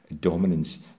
dominance